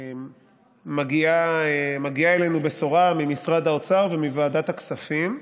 מגיעה אלינו בשורה ממשרד האוצר ומוועדת הכספים,